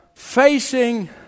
Facing